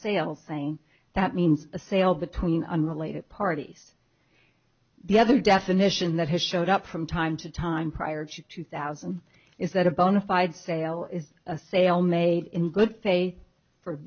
sale thing that means a sale between unrelated parties the other definition that has showed up from time to time prior to two thousand is that a bona fide sale is a sale made in good faith for